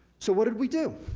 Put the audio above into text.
so what did we do?